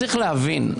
צריך להבין,